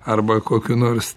arba kokiu nors